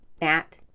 Matt